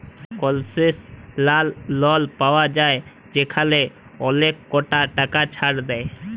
কলসেশলাল লল পাউয়া যায় যেখালে অলেকটা টাকা ছাড় দেয়